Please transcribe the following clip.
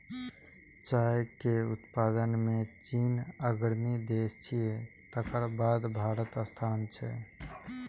चाय के उत्पादन मे चीन अग्रणी देश छियै, तकर बाद भारतक स्थान छै